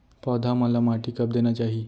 पौधा मन ला माटी कब देना चाही?